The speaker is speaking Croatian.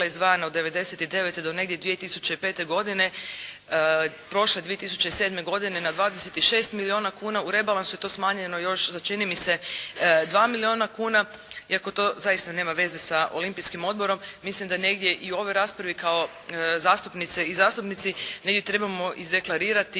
izdvajana od 99. do negdje 2005. godine. Prošle 2007. godine na 26 milijuna kuna u rebalansu je to smanjeno još za čini mi se 2 milijuna, iako to zaista nema veze sa Olimpijskim odborom. Mislim da negdje i u ovoj raspravi, kao i zastupnice i zastupnici, mi trebamo izdeklamirati,